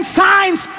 signs